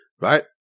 right